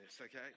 okay